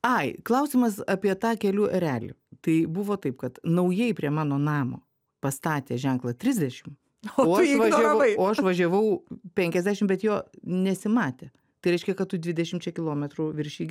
ai klausimas apie tą kelių erelį tai buvo taip kad naujai prie mano namo pastatė ženklą trisdešimt o išvažiavo o aš važiavau penkiasdešimt bet jo nesimatė tai reiškia kad tu dvidešimčia kilometrų viršiji